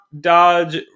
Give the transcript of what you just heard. dodge